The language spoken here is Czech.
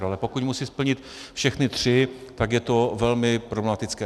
Ale pokud musí splnit všechny tři, tak je to velmi problematické.